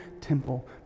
temple